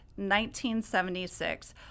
1976